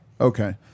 Okay